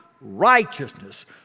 righteousness